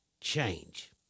change